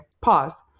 pause